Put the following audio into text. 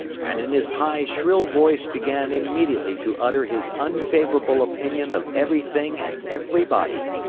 and in his high, shrill voice began immediately to utter his unfavorable opinion of everything and everybody.